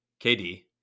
KD